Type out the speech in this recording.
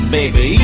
Baby